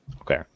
Okay